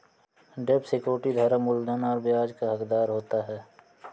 डेब्ट सिक्योरिटी धारक मूलधन और ब्याज का हक़दार होता है